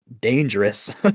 dangerous